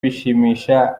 bashimisha